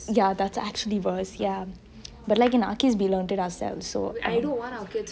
ya that's actually worse ya but in our case we learned it ourselves